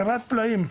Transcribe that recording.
ירד פלאים.